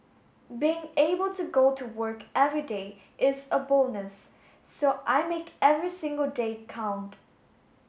being able to go to work everyday is a bonus so I make every single day count